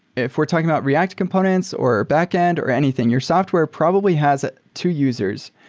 if we're talking about react components or backend or anything, your software probably has two users.